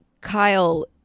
kyle